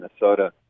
Minnesota